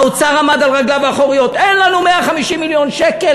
האוצר עמד על רגליו האחוריות: אין לנו 150 מיליון שקל,